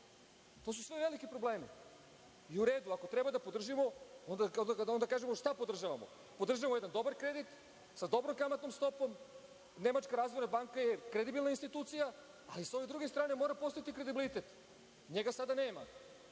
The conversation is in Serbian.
su sve veliki problemi. U redu, ako treba da podržimo, onda recimo šta podržavamo. Podržavamo jedan dobar kredit sa dobrom kamatnom stopom. Nemačka razvojna banka je kredibilna institucija, ali sa ove druge strane mora postojati kredibilitet. NJega sada nema.